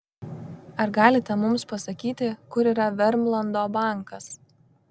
ar galite mums pasakyti kur yra vermlando bankas